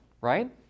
right